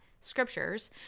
scriptures